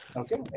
okay